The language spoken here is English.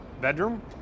bedroom